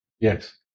yes